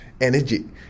energy